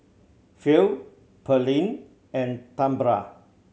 Phil Pearlene and Tambra